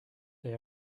they